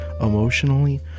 emotionally